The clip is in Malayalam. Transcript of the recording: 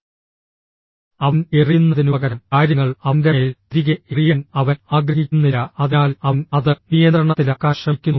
അവൻ എറിയുന്നതിനുപകരം കാര്യങ്ങൾ അവന്റെ മേൽ തിരികെ എറിയാൻ അവൻ ആഗ്രഹിക്കുന്നില്ല അതിനാൽ അവൻ അത് നിയന്ത്രണത്തിലാക്കാൻ ശ്രമിക്കുന്നു